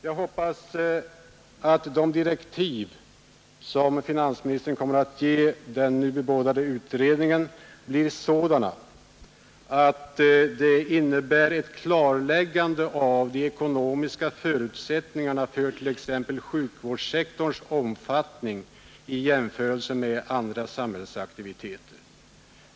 Jag hoppas att de direktiv som finansministern kommer att ge den nu bebådade utredningen blir sådana att de innebär ett klarläggande av de ekonomiska förutsättningarna för t.ex. sjukvårdssektorns omfattning i jämförelse med andra samhällsaktiviteter.